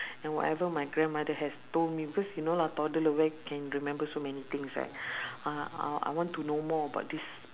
and whatever my grandmother has told me because you know lah toddler where can remember so many things right uh I I want to know more about this